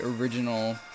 original